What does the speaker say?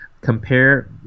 compare